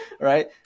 right